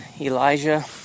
Elijah